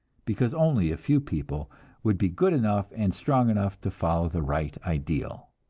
because only a few people would be good enough and strong enough to follow the right ideal!